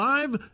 Live